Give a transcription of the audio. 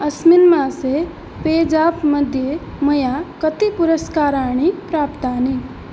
अस्मिन् मासे पेजाप् मध्ये मया कति पुरस्काराणि प्राप्तानि